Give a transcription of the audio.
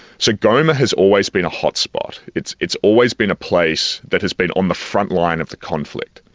so goma has always been a hotspot, it's it's always been a place that has been on the frontline of the conflict.